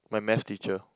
my math teacher